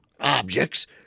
objects